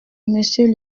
monsieur